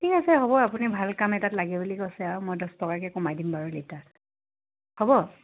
ঠিক আছে হ'ব আপুনি ভাল কাম এটাত লাগে বুলি কৈছে আৰু মই দছ টকাকে কমাই দিম বাৰু লিটাৰ হ'ব